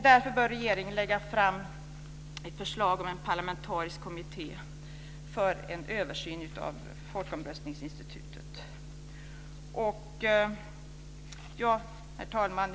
Därför bör regeringen lägga fram ett förslag om en parlamentarisk kommitté för en översyn av folkomröstningsinstitutet. Herr talman!